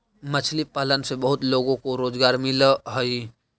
मछली पालन से बहुत लोगों को रोजगार मिलअ हई